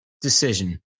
decision